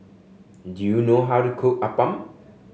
do you know how to cook appam